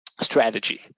strategy